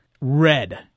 red